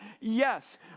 Yes